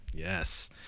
Yes